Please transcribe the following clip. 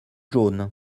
jaunes